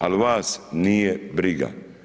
Ali vas nije briga.